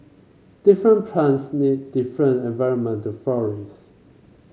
different plants need different environment to flourish